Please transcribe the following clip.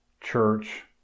church